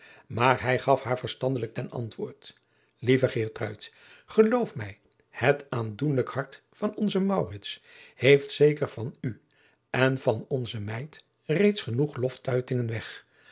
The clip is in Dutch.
maar hij gaf haar verstandiglijk ten antwoord lieve geertruid geloof mij het aandoenlijk hart van onzen maurits heeft zeker van u en van onze meid reeds genoeg loftuitingen weg